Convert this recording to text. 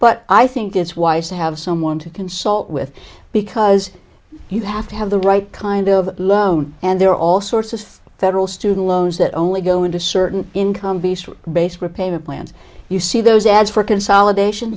but i think it's wise to have someone to consult with because you have to have the right kind of loan and there are all sorts of federal student loans that only go into certain income based repayment plans you see those ads for consolidation